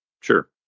Sure